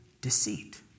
deceit